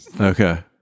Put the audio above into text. Okay